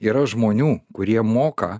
yra žmonių kurie moka